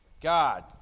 God